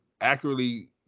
accurately